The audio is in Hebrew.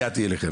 הגעתי אליכם.